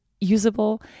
usable